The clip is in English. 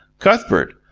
cuthbert,